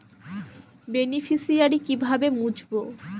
Beneficiary কিভাবে মুছব?